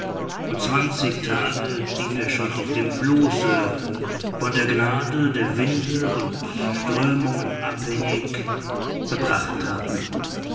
und zwanzig tage die wir schon auf dem flosse von der gnade der winde und strömungen abhängig verbracht haben